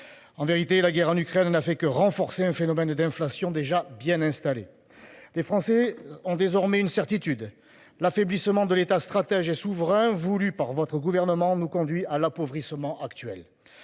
En vérité, la guerre en Ukraine n'a fait que renforcer un phénomène d'inflation déjà bien installé. Les Français ont désormais une certitude, l'affaiblissement de l'État stratège et souverain voulue par votre gouvernement nous conduit à l'appauvrissement actuel.